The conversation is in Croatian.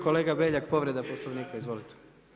Kolega Beljak, povreda Poslovnika, izvolite.